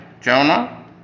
Jonah